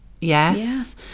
yes